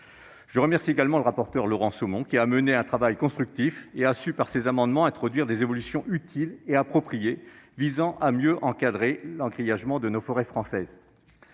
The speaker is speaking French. Je remercie également notre rapporteur, Laurent Somon, qui a mené un travail constructif. Par ses amendements, il a su introduire des évolutions utiles et appropriées visant à mieux encadrer l'engrillagement des forêts françaises.